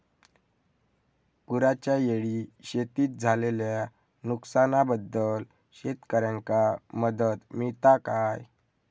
पुराच्यायेळी शेतीत झालेल्या नुकसनाबद्दल शेतकऱ्यांका मदत मिळता काय?